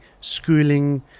schooling